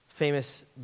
Famous